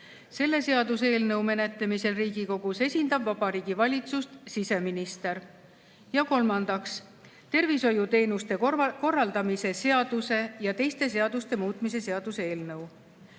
Selle seaduseelnõu menetlemisel Riigikogus esindab Vabariigi Valitsust siseminister. Ja kolmandaks, tervishoiuteenuste korraldamise seaduse ja teiste seaduste muutmise seaduse eelnõu.